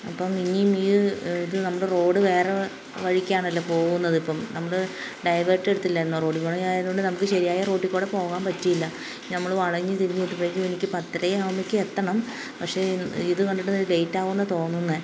അപ്പോള് ഇനി ഈ ഇത് നമ്മുടെ റോഡ് വേറെ വഴിക്കാണല്ലോ പോകുന്നതിപ്പോള് നമ്മള് ഡൈവേർട്ട് എടുത്തില്ലായിരുന്നോ റോഡ് പണി ആയതുകൊണ്ട് നമുക്ക് ശരിയായ റോട്ടില്കൂടെ പോവാൻ പറ്റിയില്ല നമ്മള് വളഞ്ഞ് തിരിഞ്ഞ് എനിക്ക് പത്തര ആവുമ്പോഴേക്ക് എത്തണം പക്ഷേ ഇത് കണ്ടിട്ട് ലേറ്റ് ആവുമെന്നാണു തോന്നുന്നേ